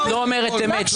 את לא אומרת אמת.